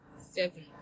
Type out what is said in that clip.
Seven